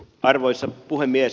arvoisa puhemies